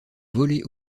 volée